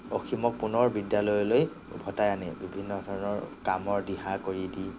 অসীমক পুনৰ বিদ্যালয়লৈ উভতাই আনে বিভিন্ন ধৰণৰ কামৰ দিহা কৰি দি